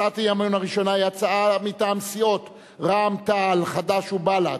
הצעת האי-אמון הראשונה היא הצעה מטעם סיעות רע"ם-תע"ל חד"ש ובל"ד,